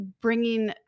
bringing